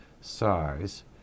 size